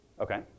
Okay